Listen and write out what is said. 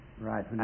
Right